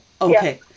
Okay